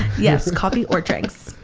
yes, coffee or drinks.